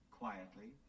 quietly